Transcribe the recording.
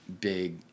big